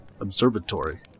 Observatory